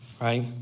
Right